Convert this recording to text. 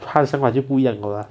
他的想法就不一样了啦